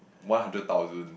one hundred thousand